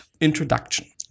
Introduction